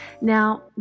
Now